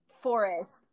forest